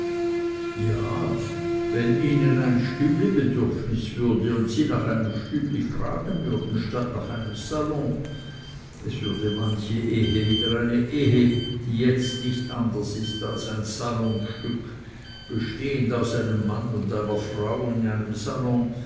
ja wenn ihnen ein stübli bedürfnis würde und sie nach einem stübli fragen würden statt nach einem salon es wurde manche ehe wieder eine ehe die jetzt nichts anders ist als ein salonstück bestehend aus einem mann und einer frau in einem salon